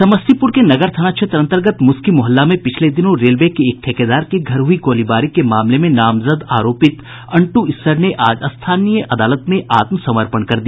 समस्तीपुर के नगर थाना क्षेत्र अंतर्गत मुसकी मुहल्ला में पिछले दिनों रेलवे के एक ठेकेदार के घर हुई गोलीबारी के मामले में नामजद आरोपित अंटू इस्सर ने आज स्थानीय अदालत में आत्मसमर्पण कर दिया